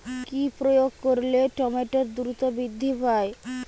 কি প্রয়োগ করলে টমেটো দ্রুত বৃদ্ধি পায়?